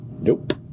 Nope